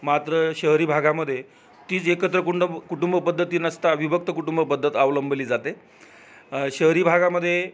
मात्र शहरी भागामध्ये तीच एकत्र कुंड कुटुंबपद्धती नसता विभक्त कुटुंबपद्धत अवलंबली जाते शहरी भागामध्ये